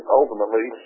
ultimately